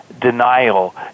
denial